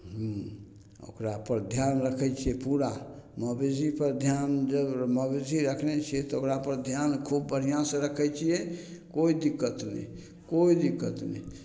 ओकरापर धिआन रखै छिए पूरा मवेशीपर धिआन जब मवेशी रखने छिए तऽ ओकरापर धिआन खूब बढ़िआँसे रखै छिए कोइ दिक्कत नहि कोइ दिक्कत नहि